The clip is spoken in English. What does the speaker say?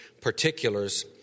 particulars